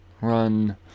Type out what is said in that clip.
run